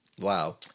Wow